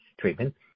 treatment